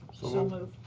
so moved.